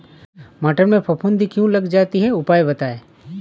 मटर में फफूंदी क्यो लग जाती है उपाय बताएं?